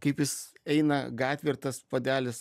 kaip jis eina gatvėj ir tas puodelis